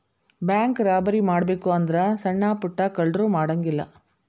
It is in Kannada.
ಬ್ಯಾಂಕ್ ರಾಬರಿ ಮಾಡ್ಬೆಕು ಅಂದ್ರ ಸಣ್ಣಾ ಪುಟ್ಟಾ ಕಳ್ರು ಮಾಡಂಗಿಲ್ಲಾ